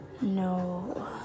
No